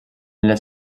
les